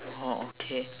oh okay